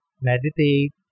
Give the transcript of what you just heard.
meditate